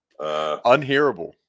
Unhearable